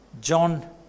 John